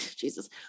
Jesus